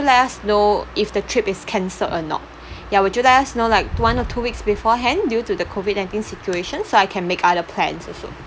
let us know if the trip is cancelled or not ya would you let us know like one or two weeks beforehand due to the COVID nineteen situation so I can make other plans also